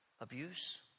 abuse